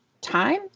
Time